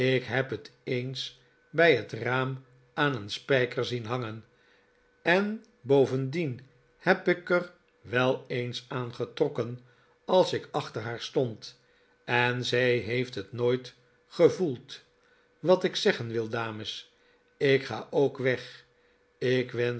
ik heb het eens bij het raam aan een spijker zien hangen en bovendien heb ik er wel eens aan getrokken als ik achter haar stond en zij heeft het nooit gevoeld wat ik zeggen wil dames ik ga ook weg ik